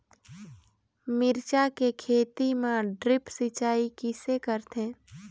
मिरचा के खेती म ड्रिप सिचाई किसे रथे?